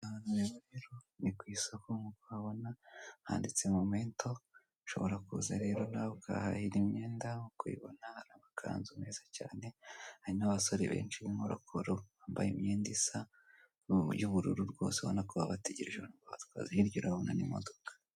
Ni ku isoko nkuko uhabona handitsemo momento, ushobora kuza rero nawe ukahahira imyenda ukayibona, amakanzu meza cyane hari n'abasore benshi b'inkorarokoro bambaye imyenda isa y'ubururu rwose ubona ko bategereje hiryo urabona n'imodoka.